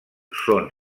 són